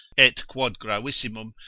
et quod gravissimum,